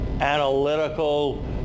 analytical